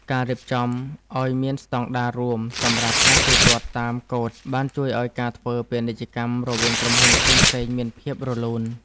ការរៀបចំឱ្យមានស្តង់ដាររួមសម្រាប់ការទូទាត់តាមកូដបានជួយឱ្យការធ្វើពាណិជ្ជកម្មរវាងក្រុមហ៊ុនផ្សេងៗគ្នាមានភាពរលូន។